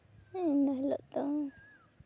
ᱤᱱᱟᱹ ᱦᱤᱞᱳᱜ ᱫᱚ